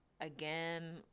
again